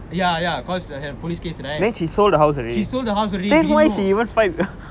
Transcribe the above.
ya ya because we have police case right she sold the house already we didn't know fight